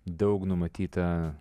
daug numatyta